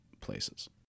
places